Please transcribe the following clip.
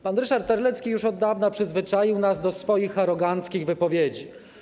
Pan Ryszard Terlecki już od dawna przyzwyczajał nas do swoich aroganckich wypowiedzi.